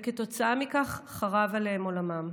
וכתוצאה מכך חרב עליהם עולמם.